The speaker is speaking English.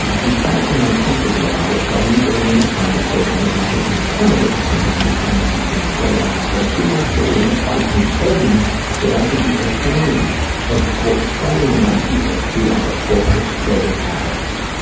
ah he's fat and uncomfortable about it, so i knew going into the conversation that nothing would come of it in terms of and fantasies being played out. but a few months ago, we had a fight and he told me that i should be ashamed of preying on people who are exploited addicts.